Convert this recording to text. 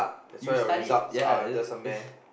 you studied ya as in it's